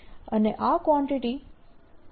અને આ quantity H0 છે